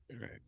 right